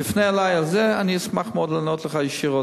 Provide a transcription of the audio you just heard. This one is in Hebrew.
תפנה אלי על זה ואני אשמח מאוד לענות לך ישירות.